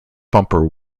bumper